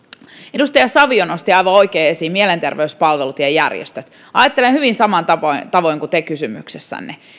edustaja savio nosti aivan oikein esiin mielenterveyspalvelut ja järjestöt ajattelen hyvin samalla tavoin kuin te kysymyksessänne